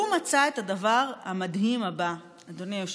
הוא מצא את הדבר המדהים הבא, אדוני היושב-ראש: